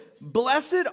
Blessed